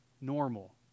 Normal